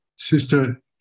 Sister